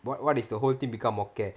what what if the whole thing become okay